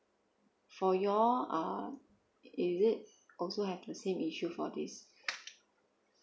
for you all uh is it also have the same issue for his